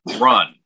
run